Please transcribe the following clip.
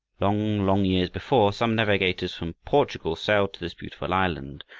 long, long years before, some navigators from portugal sailed to this beautiful island.